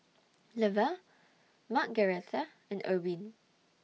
Leva Margaretha and Erwin